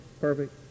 perfect